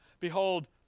Behold